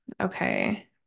okay